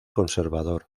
conservador